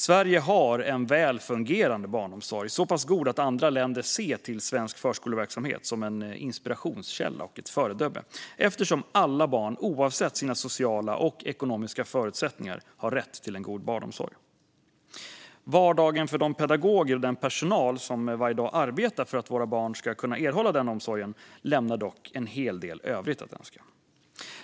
Sverige har en väl fungerande barnomsorg, så pass god att andra länder ser till svensk förskoleverksamhet som en inspirationskälla och ett föredöme eftersom alla barn oavsett sina sociala och ekonomiska förutsättningar har rätt till god barnomsorg. Vardagen för de pedagoger och den personal som varje dag arbetar för att våra barn ska kunna erhålla denna omsorg lämnar dock en del övrigt att önska.